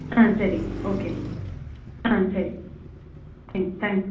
ஆ சரிங்க ஓகேங்க ஆ சரிங்க சரிங்க தேங்ஸ்ங்க